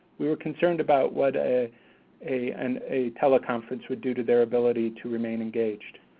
we were concerned about what ah a and a teleconference would do to their ability to remain engaged.